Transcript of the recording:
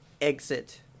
exit